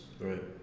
Right